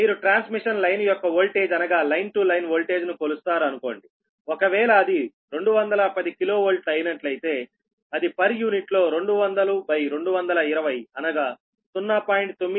మీరు transmission line యొక్క voltage అనగా లైన్ టు లైన్ వోల్టేజ్ ను కొలుస్తున్నారు అనుకోండి ఒకవేళ అది 210 kV అయినట్లయితేఅది పర్ యూనిట్లో 200220 అనగా 0